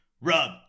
rub